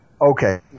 Okay